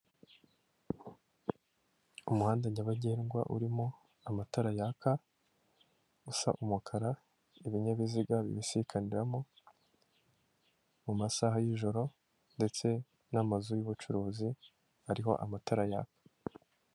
Umuhanda nyabagendwa urimo amatara yaka, usa umukara, ibinyabiziga bibisikaniramo, mu masaha y'ijoro, ndetse n'amazu y'ubucuruzi ariho amatara yaka.